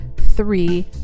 Three